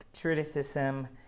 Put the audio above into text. criticism